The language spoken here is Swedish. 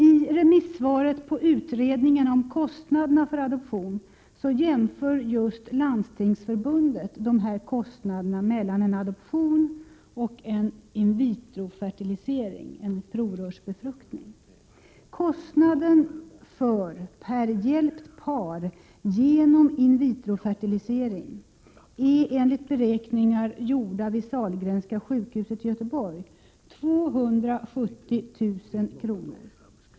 I remissvaret på utredningen om kostnaderna för adoption jämför Landstingsförbundet kostnaderna mellan en adoption och en in-vitrofertilisering, dvs. en provrörsbefruktning. Kostnaden per hjälpt par genom in-vitro-fertilisering är enligt beräkningar, gjorda vid Sahlgrenska sjukhuset i Göteborg, 270 000 kr.